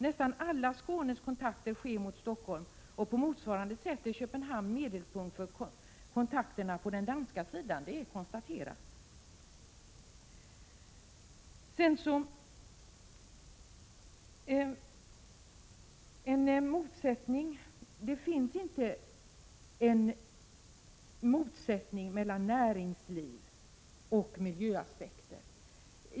Nästan alla Skånes kontakter utåt utgörs av kontakter med Stockholm. På motsvarande sätt är Köpenhamn medelpunkten för kontakterna på den danska sidan. Det är konstaterat. Det finns inte någon motsättning mellan näringslivet och miljöaspekterna.